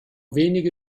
wenige